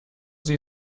sie